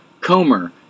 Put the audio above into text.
Comer